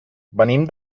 venim